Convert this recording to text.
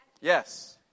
Yes